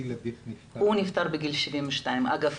הוא נפטר בגיל 72. אגב,